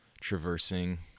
traversing